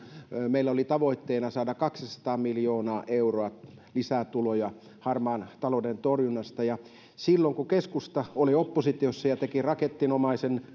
meillä oli tavoitteena saada kaksisataa miljoonaa euroa lisää tuloja harmaan talouden torjunnasta ja silloin kun keskusta oli oppositiossa ja teki raketinomaisen